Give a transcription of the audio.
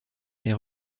est